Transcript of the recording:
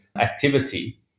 activity